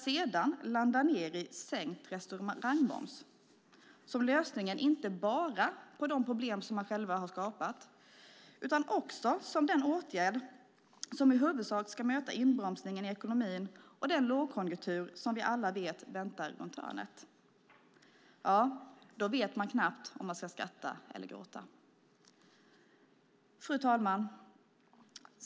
Sedan landar de i sänkt restaurangmoms inte bara som lösningen på de problem som de själva har skapat utan också som den åtgärd som i huvudsak ska möta inbromsningen i ekonomin och den lågkonjunktur som vi alla vet väntar runt hörnet. Man vet knappt om man ska skratta eller gråta. Fru talman!